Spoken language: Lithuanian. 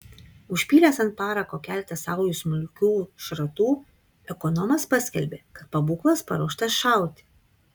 užpylęs ant parako keletą saujų smulkių šratų ekonomas paskelbė kad pabūklas paruoštas šauti